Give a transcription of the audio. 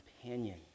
companion